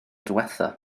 diwethaf